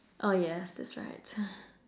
oh yes that's right